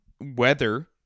weather